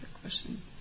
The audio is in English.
question